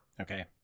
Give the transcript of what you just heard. Okay